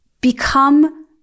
become